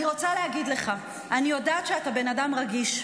אני רוצה להגיד לך, אני יודעת שאתה בן אדם רגיש,